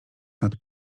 nad